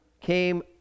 came